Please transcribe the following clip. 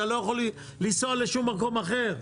אתה לא יכול לנסוע לשום מקום אחר.